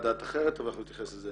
דעת אחרת אבל אנחנו נתייחס לזה בהמשך.